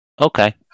Okay